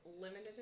limited